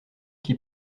qui